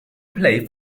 play